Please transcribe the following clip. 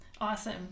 Awesome